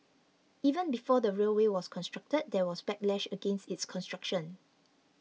even before the railway was constructed there was backlash against its construction